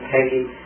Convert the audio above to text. Peggy